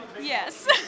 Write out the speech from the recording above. Yes